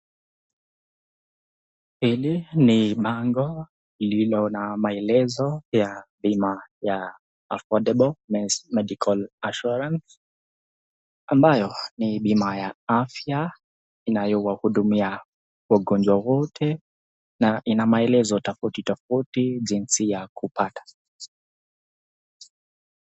Hili ni bango lililo na maelezao ya bima ya affordable medical insurance , ambayo ni bima ya afya, inayo wahudumia wagonjwa wote, na ina maelezo tofautitofauti jinsi ya kupata.